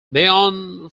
beyond